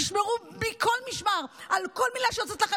תשמרו מכל משמר על כל מילה שיוצאת לכם